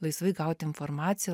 laisvai gaut informaciją